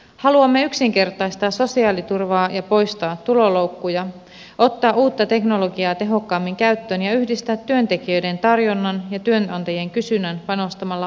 haluamme yksinkertaistaa sosiaaliturvaa ja poistaa tuloloukkuja ottaa uutta teknologiaa tehokkaammin käyttöön ja yhdistää työntekijöiden tarjonnan ja työnantajien kysynnän panostamalla oppisopimuskoulutukseen